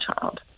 child